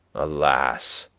alas!